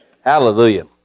Hallelujah